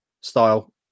style